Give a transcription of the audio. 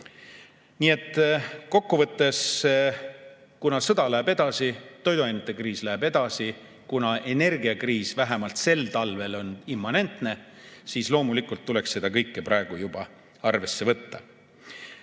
Nii et kokku võttes: kuna sõda läheb edasi, toiduainete kriis läheb edasi, kuna energiakriis vähemalt sel talvel on immanentne, siis loomulikult tuleks seda kõike praegu juba arvesse võtta.